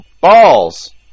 balls